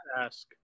ask